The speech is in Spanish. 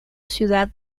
ciudad